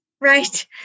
right